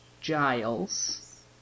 Giles